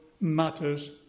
matters